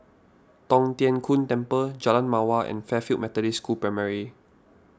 Tong Tien Kung Temple Jalan Mawar and Fairfield Methodist School Primary